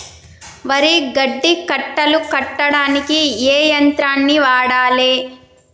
వరి గడ్డి కట్టలు కట్టడానికి ఏ యంత్రాన్ని వాడాలే?